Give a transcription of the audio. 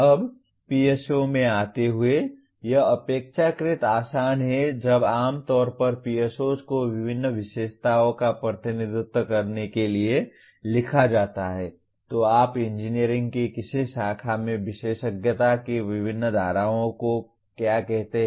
अब PSO में आते हुए यह अपेक्षाकृत आसान है जब आम तौर पर PSOs को विभिन्न विशेषताओं का प्रतिनिधित्व करने के लिए लिखा जाता है तो आप इंजीनियरिंग की किसी शाखा में विशेषज्ञता की विभिन्न धाराओं को क्या कहते हैं